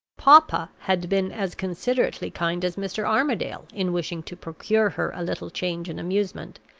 papa had been as considerately kind as mr. armadale in wishing to procure her a little change and amusement,